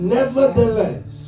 Nevertheless